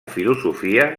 filosofia